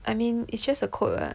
I mean it's just a coat [what]